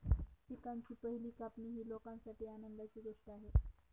पिकांची पहिली कापणी ही लोकांसाठी आनंदाची गोष्ट आहे